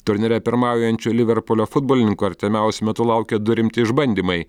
turnyre pirmaujančių liverpulio futbolininkų artimiausiu metu laukia du rimti išbandymai